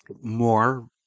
more